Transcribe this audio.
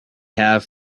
have